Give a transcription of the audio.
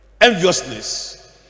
enviousness